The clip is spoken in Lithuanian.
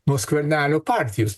nuo skvernelio partijos